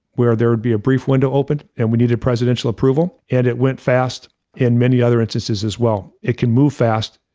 where there would be a brief window open, and we needed a presidential approval, and it went fast in many other instances as well, it can move fast.